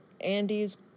Andy's